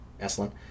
Excellent